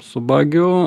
su bagiu